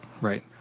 Right